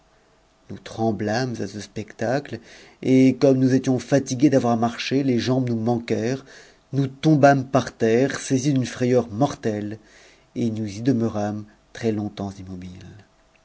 nous tremblâmes à ce spectacle et comme nous étions fatigués d'avoir marché les jambes nous manquèrent nous ton bâmes par terre saisis d'une frayeur mortelle et nous y demeut'âmoi très longtemps immobiles